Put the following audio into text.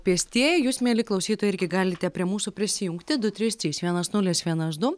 pėstieji jūs mieli klausytojai irgi galite prie mūsų prisijungti du trys trys vienas nulis vienas du